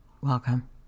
Welcome